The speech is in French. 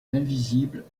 invisibles